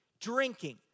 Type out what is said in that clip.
drinking